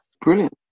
Brilliant